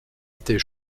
était